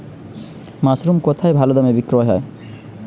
Mushroom কেথায় ভালোদামে বিক্রয় হয়?